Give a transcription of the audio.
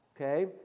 okay